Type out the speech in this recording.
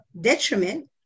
detriment